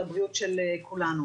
על הבריאות של כולנו.